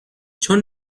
چون